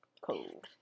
Cool